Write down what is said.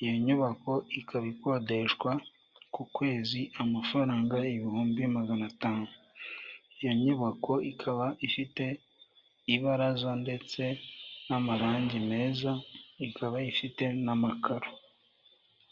.Iyo nyubako ikaba ikodeshwa ku kwezi amafaranga ibihumbi magana atanu(500,000 Rwf). Iyo nyubako ikaba ifite ibaraza ndetse n'amarange meza , ikaba ifite n'amakaro.